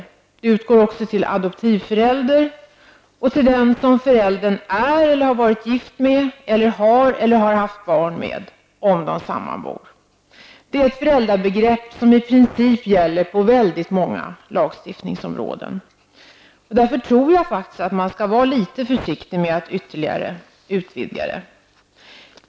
Det utgår också till adoptivföräldrar och till den som föräldern är eller har varit gift med eller har barn med, om de sammanbor. Det är ett föräldrabegrepp som i princip gäller på väldigt många lagstiftningsområden. Man bör därför vara litet försiktig med att ytterligare utvidga det.